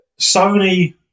Sony